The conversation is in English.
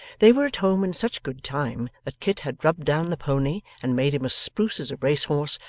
they were at home in such good time that kit had rubbed down the pony and made him as spruce as a race-horse,